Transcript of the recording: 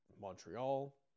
Montreal